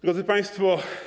Drodzy Państwo!